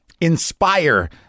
inspire